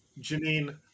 Janine